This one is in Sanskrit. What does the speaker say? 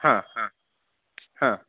हा हा हा